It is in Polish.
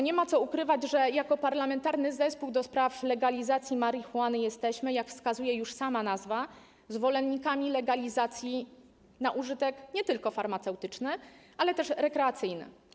Nie ma co ukrywać, że jako Parlamentarny Zespół ds. Legalizacji Marihuany jesteśmy, jak wskazuje już sama nazwa, zwolennikami legalizacji konopi na użytek nie tylko farmaceutyczny, ale też rekreacyjny.